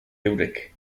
eurek